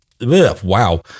Wow